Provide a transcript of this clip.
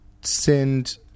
send